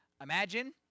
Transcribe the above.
Imagine